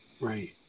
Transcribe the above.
Right